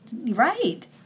Right